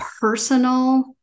personal